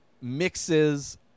mixes